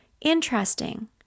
Interesting